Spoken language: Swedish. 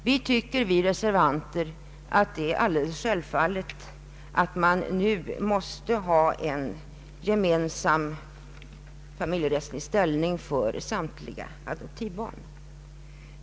Vi reservanter anser att det är alldeles självklart att samtliga adoptivbarn måste ha en gemensam familjerättslig ställning.